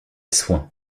soin